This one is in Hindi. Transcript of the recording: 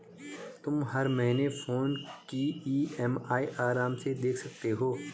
तुम हर महीने फोन की ई.एम.आई आराम से दे सकती हो